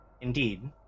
Indeed